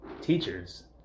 teachers